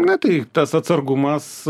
na tai tas atsargumas